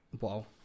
Wow